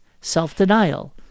self-denial